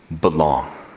belong